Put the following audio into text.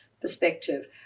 perspective